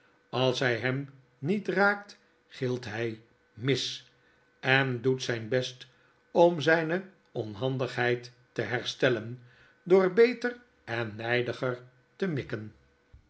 als htj hem niet raakt gilt hij mis en doet zp best om zpe onhandighejd te herstellen door beter ennjjdiger te mikken